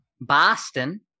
Boston